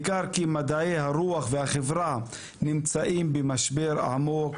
ניכר כי מדעי הרוח והחברה נמצאים במשבר עמוק,